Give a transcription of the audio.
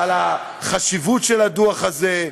על החשיבות של הדוח הזה,